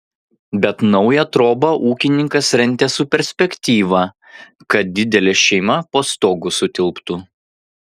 bet naują trobą ūkininkas rentė su perspektyva kad didelė šeimyna po stogu sutilptų